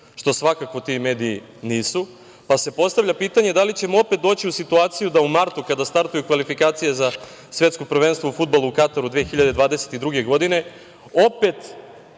što svakako ti mediji nisu. Postavlja se pitanje da li ćemo opet doći u situaciju da u martu, kada startuju kvalifikacije za Svetsko prvenstvo u fudbalu, u Kataru 2022. godine, opet